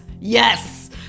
Yes